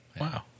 Wow